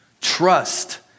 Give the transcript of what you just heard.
trust